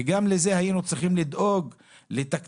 גם לזה היינו צריכים לדאוג לתקציב,